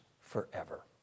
forever